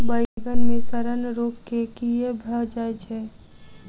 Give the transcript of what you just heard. बइगन मे सड़न रोग केँ कीए भऽ जाय छै?